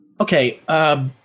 Okay